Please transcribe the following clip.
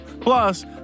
Plus